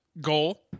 goal